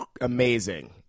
amazing